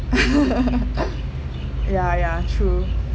ya ya true